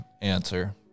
answer